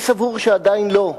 אני סבור שעדיין לא.